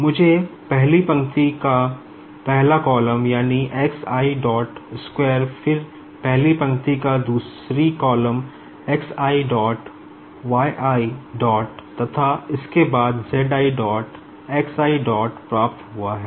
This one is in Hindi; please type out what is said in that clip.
मुझे पहली पंक्ति का पहला कॉलम यानी x i dot square फिर पहली पंक्ति का दूसरी column x i dot y i dot तथा उसके बाद z i dot x i dot प्राप्त हुआ है